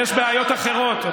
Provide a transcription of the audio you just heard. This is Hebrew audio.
יש בעיות אחרות.